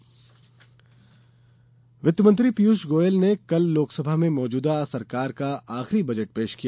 budget वित्तमंत्री पियूष गोयल ने कल लोकसभा में मौजूदा सरकार का आखिरी बजट पेश किया